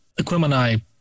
Equimani